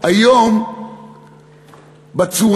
בהם סימנים.